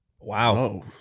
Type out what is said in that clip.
Wow